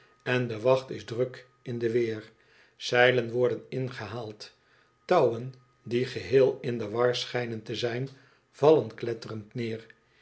en de wacht is druk in de weer zeilen worden ingehaald touwen die geheel in de war schijnen te zijn vallen kletterend neer